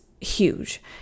huge